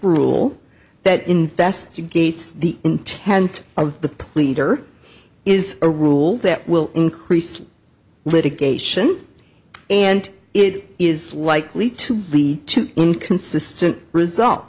rule that investigates the intent of the pleader is a rule that will increase litigation and it is likely to be to inconsistent results